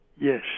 Yes